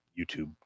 youtube